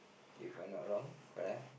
if I'm not wrong correct